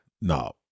No